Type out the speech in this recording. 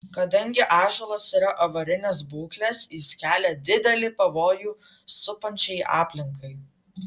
kadangi ąžuolas yra avarinės būklės jis kelia didelį pavojų supančiai aplinkai